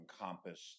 encompass